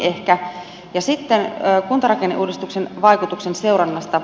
ja sitten kuntarakenneuudistuksen vaikutusten seurannasta